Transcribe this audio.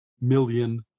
million